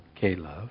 K-Love